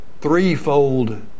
threefold